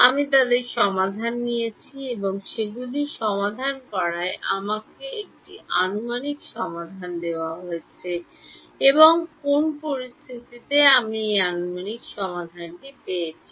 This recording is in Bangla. আমি তাদের সমাধান করেছি এবং সেগুলি সমাধান করায় আমাকে একটি আনুমানিক সমাধান দেওয়া হয়েছে এবং কোন পরিস্থিতিতে আমি এই আনুমানিক সমাধান পেয়েছি